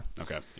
Okay